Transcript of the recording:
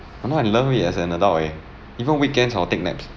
and now I love it as an adult eh even weekends I'll take naps